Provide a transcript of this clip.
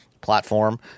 platform